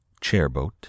Chairboat